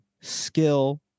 skill